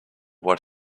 what